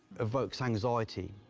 evokes anxiety,